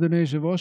אדוני היושב-ראש,